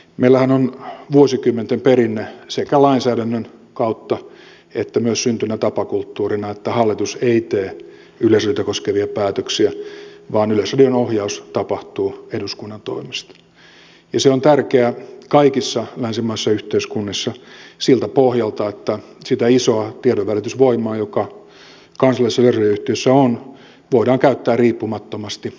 meillähän on vuosikymmenten perinne sekä lainsäädännön kautta että myös syntyneenä tapakulttuurina että hallitus ei tee yleisradiota koskevia päätöksiä vaan yleisradion ohjaus tapahtuu eduskunnan toimesta ja se on tärkeää kaikissa länsimaisissa yhteiskunnissa siltä pohjalta että sitä isoa tiedonvälitysvoimaa joka kansallisessa radioyhtiössä on voidaan käyttää riippumattomasti